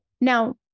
Now